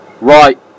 Right